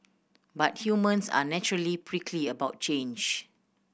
but humans are naturally prickly about change